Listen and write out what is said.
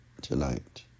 tonight